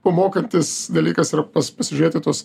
pamokantis dalykas yra pasižiūrėti tuos